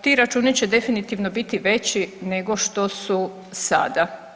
ti računi će definitivno biti veći nego što su sada.